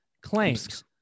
claims